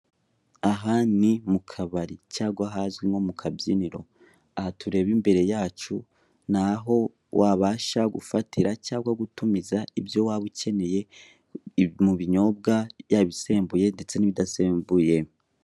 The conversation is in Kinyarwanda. Aha ni mukabari cyangwa ahazwi nko mu kabyiniro aha tureba imbere yacu ni aho wabasha gufatira cyangwa gutumiza ibyo waba ukeneye mu ibinyobwa yaba ibisembuye ndetse n'ibidasembuye,